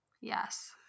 Yes